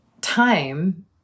time